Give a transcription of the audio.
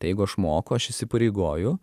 tai jeigu aš moku aš įsipareigoju